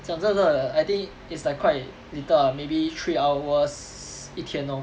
讲真的 I think it's like quite little ah maybe three hours 一天 lor